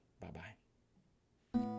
Bye-bye